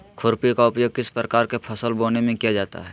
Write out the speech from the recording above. खुरपी का उपयोग किस प्रकार के फसल बोने में किया जाता है?